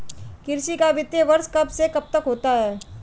कृषि का वित्तीय वर्ष कब से कब तक होता है?